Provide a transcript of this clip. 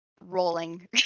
rolling